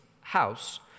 house